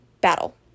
battle